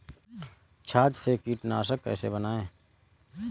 छाछ से कीटनाशक कैसे बनाएँ?